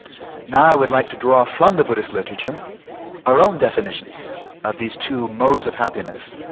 now i would like to draw from the buddhist literature our own definitions of these two modes of happiness.